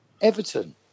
Everton